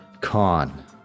con